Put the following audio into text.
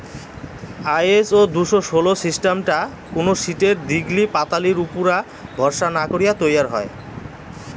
ISO দুশো ষোল সিস্টামটা কুনো শীটের দীঘলি ওপাতালির উপুরা ভরসা না করি তৈয়ার হই